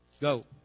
Go